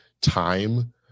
time